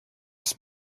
its